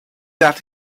that